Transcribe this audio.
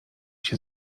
się